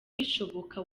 bishoboka